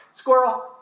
squirrel